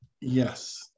Yes